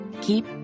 keep